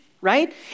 right